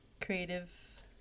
creative